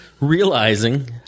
realizing